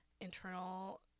internal